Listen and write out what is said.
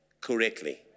correctly